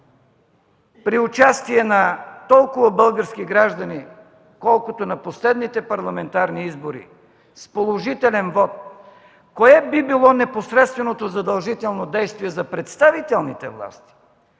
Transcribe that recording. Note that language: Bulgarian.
при участие на толкова български граждани, колкото на последните парламентарни избори, с положителен вот, кое би било непосредственото задължително действие за представителните власти?